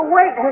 Wait